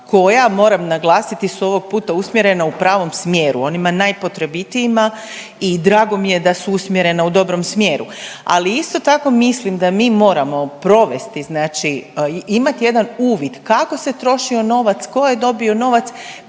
koja moram naglasiti su ovoga puta usmjerena u pravom smjeru, onima najpotrebitijima i drago mi je da su usmjerena u dobrom smjeru, ali isto tako mislim da mi moramo povesti znači imati jedan uvid kako se trošio novac, tko je dobio novac